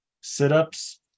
sit-ups